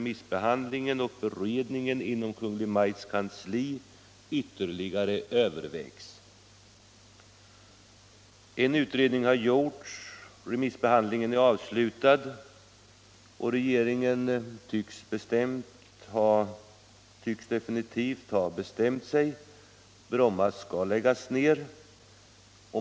En utredning har gjorts. Remissbehandlingen är avslutad. Och regeringen tycks definitivt ha bestämt sig: Bromma skall läggas ner.